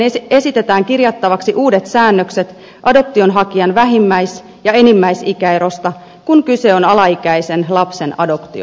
adoptiolakiin esitetään kirjattavaksi uudet säännökset adoptionhakijan vähimmäis ja enimmäisikäerosta kun kyse on alaikäisen lapsen adoptiosta